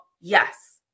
Yes